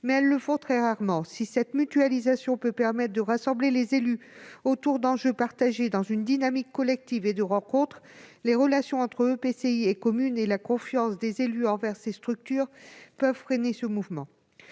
mais elles le font très rarement. Cette mutualisation peut permettre de rassembler les élus autour d'enjeux partagés dans une dynamique collective et de rencontre, mais les relations entre EPCI et communes et la « confiance » des élus envers ces structures risquent de freiner ce mouvement.